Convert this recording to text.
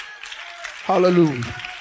Hallelujah